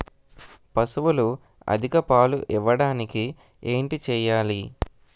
పశువులు అధిక పాలు ఇవ్వడానికి ఏంటి చేయాలి